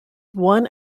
one